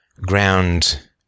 ground